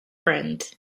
friends